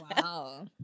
Wow